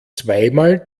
zweimal